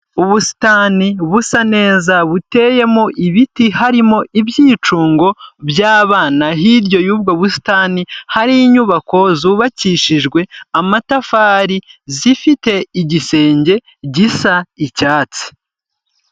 Ubusitani busa neza buteyemo ibiti harimo ibyicungo by'abana hirya y'ubwo busitani hari inyubako zubakishijwe amatafari zifite igisenge gisa icyatsi.